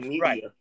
right